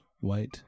white